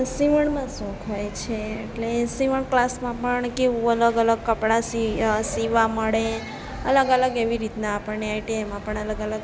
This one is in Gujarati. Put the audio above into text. સીવણનો શોખ હોય છે એટલે એ સીવણ ક્લાસમાં પણ કેવું અલગ અલગ કપડાં સીવવા મળે અલગ અલગ એવી રીતના આપણને આઈટીઆઈમાં પણ અલગ અલગ